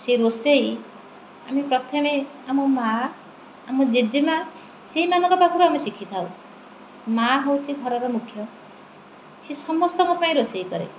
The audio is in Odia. ସେ ରୋଷେଇ ଆମେ ପ୍ରଥମେ ଆମ ମା ଆମ ଜେଜେମା ସେଇମାନଙ୍କ ପାଖରୁ ଆମେ ଶିଖିଥାଉ ମା ହେଉଛି ଘରର ମୁଖ୍ୟ ସେ ସମସ୍ତଙ୍କ ପାଇଁ ରୋଷେଇ କରେ